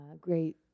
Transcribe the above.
great